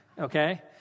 okay